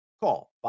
Call